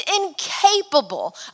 incapable